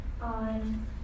on